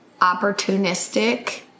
opportunistic